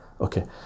Okay